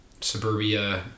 suburbia